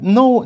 no